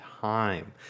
time